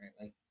right